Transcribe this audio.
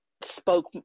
spoke